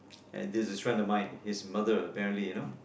and this is a friend of mine his mother apparently you know